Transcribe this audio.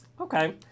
Okay